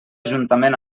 juntament